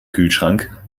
kühlschrank